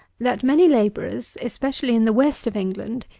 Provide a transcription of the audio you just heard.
that many labourers, especially in the west of england,